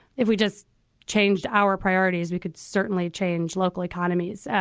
if we just changed our priorities, we could certainly change local economies.